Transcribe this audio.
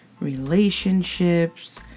relationships